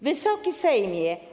Wysoki Sejmie!